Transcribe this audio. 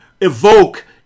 evoke